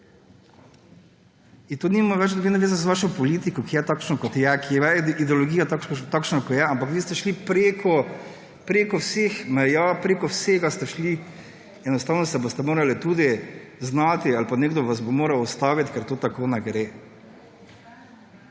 To nima nobene zveze z vašo politiko, ki je takšna, kot je, ki je ideologija takšna, kot je, ampak vi ste šli preko vseh meja, preko vsega ste šli in enostavno se boste morali tudi znati ali pa nekdo vas bo moral ustaviti, ker to tako ne gre.